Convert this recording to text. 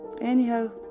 Anyhow